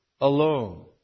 alone